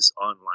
online